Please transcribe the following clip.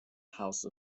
house